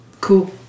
cool